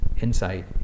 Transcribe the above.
Insight